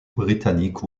britannique